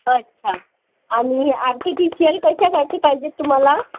अच्छा आणि आर्टिफिशीयल कशासाठी पाहिजेत तुम्हाला